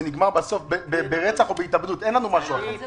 זה נגמר בסוף ברצח או בהתאבדות, אין לנו משהו אחר.